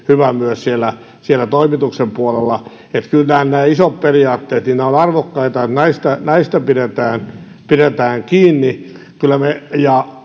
hyvä myös siellä siellä toimituksen puolella eli kyllä nämä isot periaatteet ovat arvokkaita näistä pidetään pidetään kiinni ja